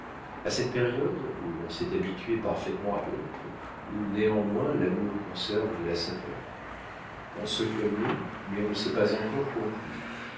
à cette période où l'on s'est habitué parfaitement l'un à l'autre et où néanmoins l'amour conserve de la saveur on se connaît mais on ne s'est pas encore compris